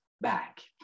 back